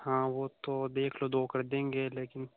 हाँ वह तो देख लो दो कर देंगे लेकिन